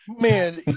Man